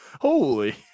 holy